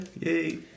Yay